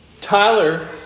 Tyler